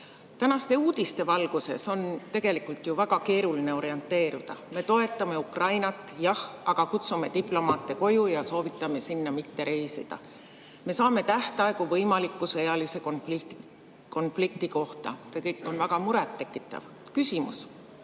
Tänaste uudiste valguses on tegelikult ju väga keeruline orienteeruda. Me toetame Ukrainat, jah, aga kutsume diplomaate koju ja soovitame sinna mitte reisida. Me saame tähtaegu võimaliku sõjalise konflikti kohta. See kõik on väga muret tekitav. Küsimus: